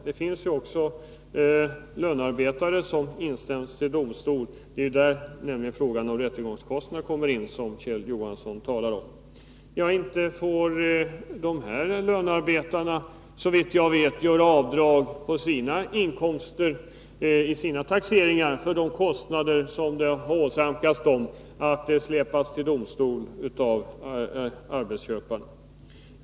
Det finns lönarbetare som inställt sig inför domstol. Det är där som rättegångskostnaderna kommer in, som Kjell Johansson talar om. Inte får de här lönarbetarna, såvitt jag vet, göra avdrag på sina inkomster i sina taxeringar för de kostnader som de åsamkats genom att de släpats till domstol av arbetsköparna.